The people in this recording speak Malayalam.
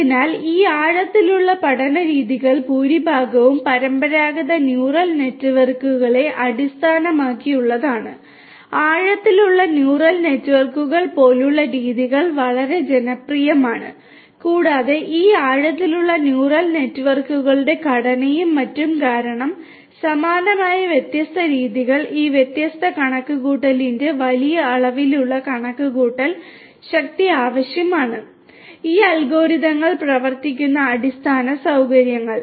അതിനാൽ ഈ ആഴത്തിലുള്ള പഠന രീതികളിൽ ഭൂരിഭാഗവും പരമ്പരാഗത ന്യൂറൽ നെറ്റ്വർക്കുകളെ അടിസ്ഥാനമാക്കിയുള്ളതാണ് ആഴത്തിലുള്ള ന്യൂറൽ നെറ്റ്വർക്കുകൾ പോലുള്ള രീതികൾ വളരെ ജനപ്രിയമാണ് കൂടാതെ ഈ ആഴത്തിലുള്ള ന്യൂറൽ നെറ്റ്വർക്കുകളുടെ ഘടനയും മറ്റും കാരണം സമാനമായ വ്യത്യസ്ത രീതികൾ ഈ വ്യത്യസ്ത കണക്കുകൂട്ടലിന്റെ വലിയ അളവിലുള്ള കണക്കുകൂട്ടൽ ശക്തി ആവശ്യമാണ് ഈ അൽഗോരിതങ്ങൾ പ്രവർത്തിക്കുന്ന അടിസ്ഥാന സൌകര്യങ്ങൾ